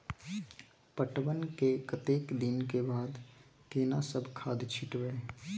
पटवन के कतेक दिन के बाद केना सब खाद छिटबै?